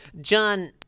john